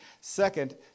Second